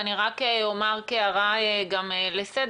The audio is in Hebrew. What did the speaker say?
אני רק אומר כהערה לסדר,